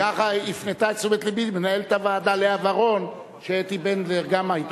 ככה הפנתה את תשומת לבי מנהלת הוועדה לאה ורון שאתי בנדלר גם היתה.